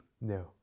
No